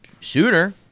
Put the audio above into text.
sooner